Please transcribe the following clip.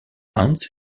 hans